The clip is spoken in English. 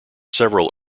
several